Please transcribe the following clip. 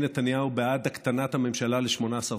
נתניהו בעד הקטנת הממשלה ל-18 שרים.